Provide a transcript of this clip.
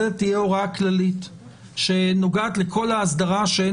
זו תהיה הוראה כללית שנוגעת לכל האסדרה שאין